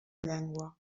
llengua